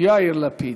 יאיר לפיד.